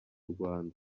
rwanda